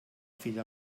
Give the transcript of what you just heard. fill